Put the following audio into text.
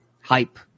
hype